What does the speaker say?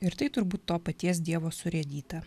ir tai turbūt to paties dievo surėdyta